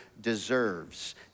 deserves